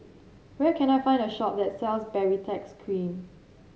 where can I find a shop that sells Baritex Cream